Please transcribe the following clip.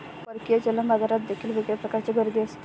परकीय चलन बाजारात देखील वेगळ्या प्रकारची गर्दी असते